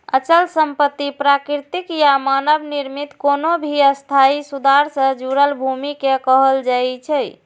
अचल संपत्ति प्राकृतिक या मानव निर्मित कोनो भी स्थायी सुधार सं जुड़ल भूमि कें कहल जाइ छै